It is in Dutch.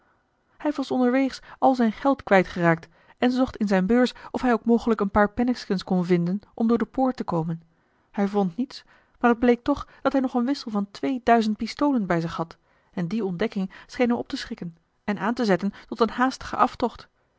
hij was onderweegs al zijn geld kwijt geraakt en zocht in zijne beurs of hij ook mogelijk een paar penninkskens kon vinden om door de poort te komen hij vond niets maar het bleek toch dat hij nog een wissel van twee duizend pistolen bij zich had en die ontdekking scheen hem op te schrikken en aan te zetten tot een haastigen aftocht